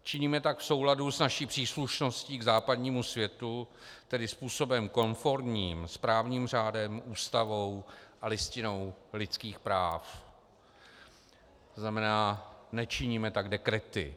Činíme tak v souladu s naší příslušností k západnímu světu, tedy způsobem konformním s právním řádem, Ústavou a Listinou lidských práv, tzn. nečiníme tak dekrety.